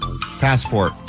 Passport